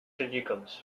ridiculous